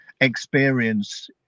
experience